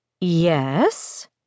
Yes